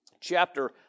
chapter